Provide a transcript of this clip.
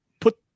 put